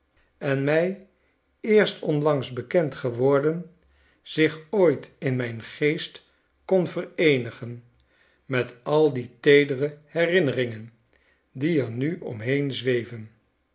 en mij eerst onlangs bekend geworden zich ooit in mijn geest kon vereenigen met al die teedere herinneringen die er nu omheen zweven